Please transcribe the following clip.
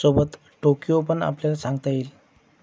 सोबत टोकियो पण आपल्याला सांगता येईल